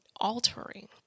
altering